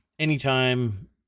anytime